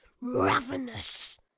ravenous